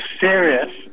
serious